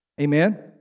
Amen